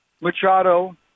Machado